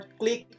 click